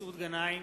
מסעוד גנאים,